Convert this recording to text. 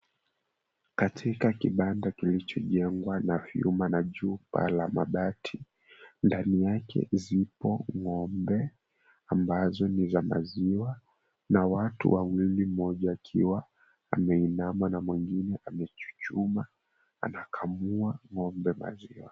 Katika kibanda kilichojengwa na vyuma na juu paa la mabati ndani yake zipo ng'ombe ambazo ni za maziwa na watu wawili mmoja akiwa ameinama na mwingine amechuchuma anakamua ng'ombe maziwa.